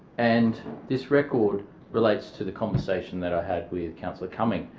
and this record relates to the conversation that i had with councillor cumming.